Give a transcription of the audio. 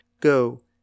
Go